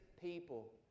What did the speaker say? people